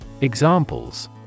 Examples